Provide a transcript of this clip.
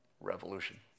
revolution